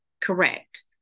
correct